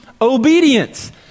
obedience